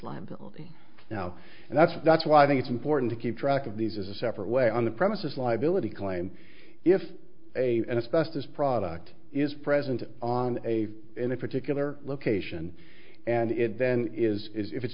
slime now and that's that's why i think it's important to keep track of these as a separate way on the premises liability claim if a and especially this product is present on a in a particular location and it then is if it's